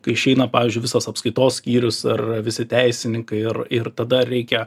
kai išeina pavyzdžiui visas apskaitos skyrius ar visi teisininkai ir ir tada reikia